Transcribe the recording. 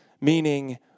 Meaning